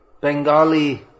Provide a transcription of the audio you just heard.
Bengali